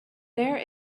there